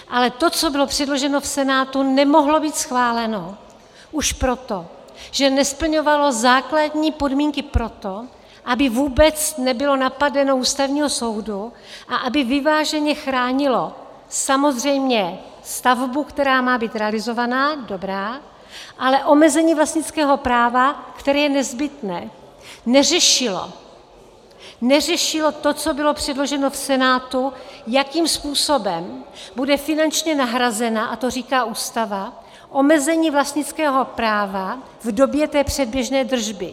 Ale to, co bylo předloženo v Senátu, nemohlo být schváleno už proto, že nesplňovalo základní podmínky pro to, aby vůbec nebylo napadeno u Ústavního soudu a aby vyváženě chránilo samozřejmě stavbu, která má být realizovaná, dobrá, ale omezení vlastnického práva, které je nezbytné, neřešilo to, co bylo předloženo v Senátu, jakým způsobem bude finančně nahrazena, a to říká Ústava, omezení vlastnického práva v době té předběžné držby.